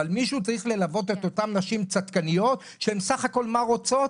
אבל מישהו צריך ללוות את אותן נשים צדקניות שהן סך הכל מה רוצות?